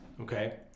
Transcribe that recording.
okay